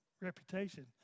reputation